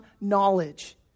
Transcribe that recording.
knowledge